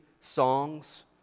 songs